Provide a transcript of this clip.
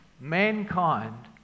mankind